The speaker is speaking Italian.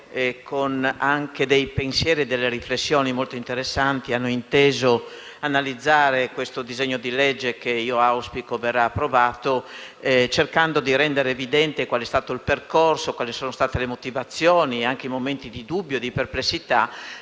e anche con pensieri e riflessioni interessanti, hanno inteso analizzare il disegno di legge in esame, che io auspico verrà approvato, cercando di rendere evidente qual è stato il percorso, quali sono state le motivazioni e anche i momenti di dubbio e di perplessità.